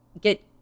get